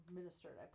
ministered